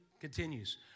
continues